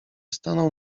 stanął